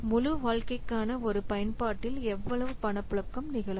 முழு வாழ்க்கைக்கான ஒரு பயன்பாட்டில் எவ்வளவு பணப்புழக்கம் நிகழும்